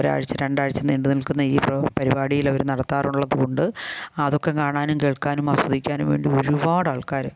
ഒരാഴ്ച്ച രണ്ടാഴ്ച നീണ്ട് നിൽക്കുന്ന ഈ രോ പരിപാടിയിൽ അവർ നടത്താറുള്ളത് കൊണ്ട് അതൊക്കെ കാണാനും കേൾക്കാനും ആസ്വദിക്കാനും വേണ്ടി ഒരുപാട് ആൾക്കാർ